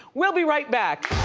we'll be right back.